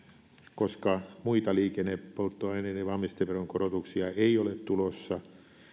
koska muita liikennepolttoaineiden valmisteveron korotuksia ei ole tulossa korotus merkitsee